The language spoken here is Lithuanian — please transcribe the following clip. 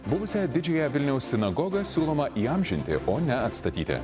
buvusiąją didžiąją vilniaus sinagogą siūloma įamžinti o ne atstatyti